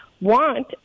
want